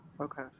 Okay